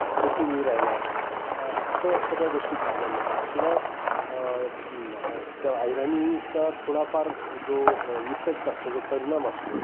कोठीनी रायना असं सगळ्या गोष्टी पाहायल्या मिळतात शिवाय त्या अहिराणीचा थोडाफार जो इफेक्ट असतो जो परिणाम असतो